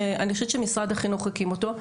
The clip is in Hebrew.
שאני חושבת שמשרד החינוך הקים אותו,